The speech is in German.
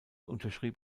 unterschrieb